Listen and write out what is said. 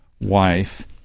wife